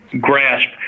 grasp